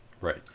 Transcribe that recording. Right